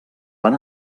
van